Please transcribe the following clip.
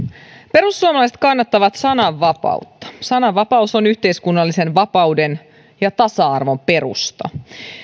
perussuomalaiset kannattavat sananvapautta sananvapaus on yhteiskunnallisen vapauden ja tasa arvon perusta